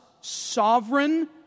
sovereign